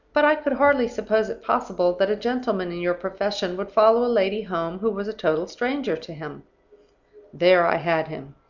but i could hardly suppose it possible that a gentleman in your profession would follow a lady home who was a total stranger to him there i had him.